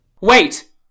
Wait